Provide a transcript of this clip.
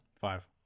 Five